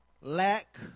Lack